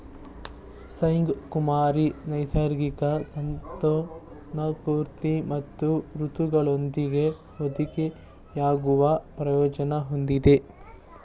spring ಕುರಿಮರಿ ನೈಸರ್ಗಿಕ ಸಂತಾನೋತ್ಪತ್ತಿ ಮತ್ತು ಋತುಗಳೊಂದಿಗೆ ಹೊಂದಿಕೆಯಾಗುವ ಪ್ರಯೋಜನ ಹೊಂದಿದೆ